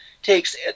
takes